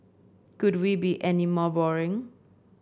could we be any more boring